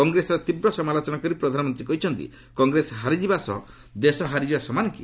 କଂଗ୍ରେସର ତୀବ୍ର ସମାଲୋଚନା କରି ପ୍ରଧାନମନ୍ତ୍ରୀ କହିଛନ୍ତି କଂଗ୍ରେସ ହାରିଯିବା ସହ ଦେଶ ହାରିଯିବା ସମାନ କି